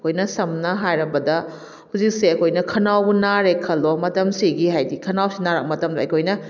ꯑꯩꯈꯣꯏꯅ ꯁꯝꯅ ꯍꯥꯏꯔꯕꯗ ꯍꯧꯖꯤꯛꯁꯦ ꯑꯩꯈꯣꯏꯅ ꯈꯅꯥꯎꯕꯨ ꯅꯥꯔꯦ ꯈꯜꯂꯣ ꯃꯇꯝꯁꯤꯒꯤ ꯍꯥꯏꯗꯤ ꯈꯅꯥꯎꯁꯤ ꯅꯥꯔꯛ ꯃꯇꯝꯗ ꯑꯩꯈꯣꯏꯅ